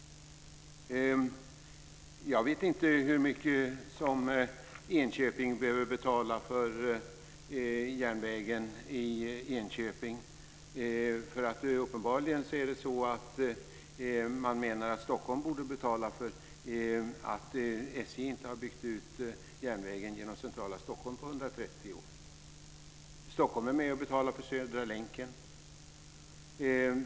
Jag vet inte hur mycket Enköping behöver betala för järnvägen i Enköping. Uppenbarligen menar man att Stockholm borde betala för att SJ inte har byggt ut järnvägen genom centrala Stockholm på 130 år. Stockholm är med och betalar för Södra länken.